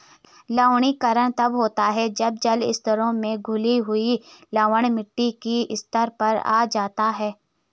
लवणीकरण तब होता है जब जल स्तरों में घुले हुए लवण मिट्टी की सतह पर आ जाते है